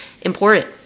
important